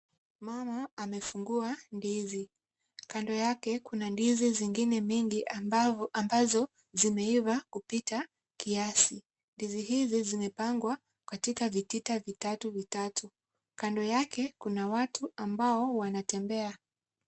Mama amefungua ndizi. Kando yake kuna ndizi zingine mingi ambazo zimeiva kupita kiasi. Ndizi hizi zimepangwa katika vitita vitatu vitatu. Kando yake kuna watu ambao wanatembea.